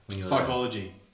Psychology